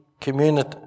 community